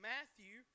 Matthew